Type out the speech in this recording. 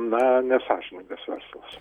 na nesąžiningas verslas